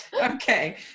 Okay